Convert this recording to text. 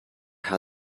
how